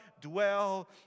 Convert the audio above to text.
dwell